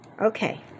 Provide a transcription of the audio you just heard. Okay